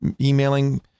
emailing